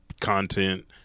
content